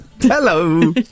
Hello